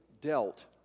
dealt